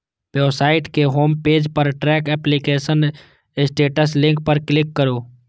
website के home page पर track application status link पर क्लिक करू